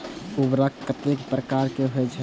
उर्वरक कतेक प्रकार के होई छै?